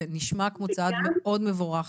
זה נשמע כמו צעד מאוד מבורך.